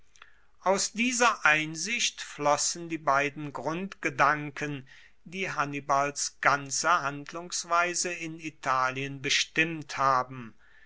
aus dieser einsicht flossen die beiden grundgedanken die hannibals ganze handlungsweise in italien bestimmt haben